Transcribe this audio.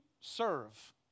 serve